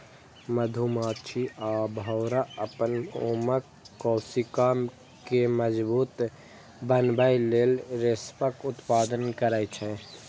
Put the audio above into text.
मधुमाछी आ भौंरा अपन मोमक कोशिका कें मजबूत बनबै लेल रेशमक उत्पादन करै छै